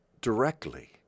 directly